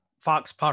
Fox